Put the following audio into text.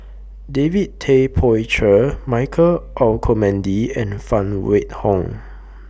David Tay Poey Cher Michael Olcomendy and Phan Wait Hong